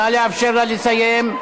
נא לאפשר לה לסיים.